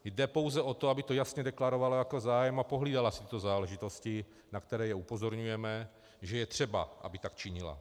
Jde pouze o to, aby to jasně deklarovala jako zájem a pohlídala si tyto záležitosti, na které upozorňujeme, že je třeba, aby tak činila.